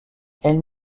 elle